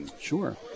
Sure